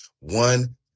one